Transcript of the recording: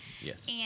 Yes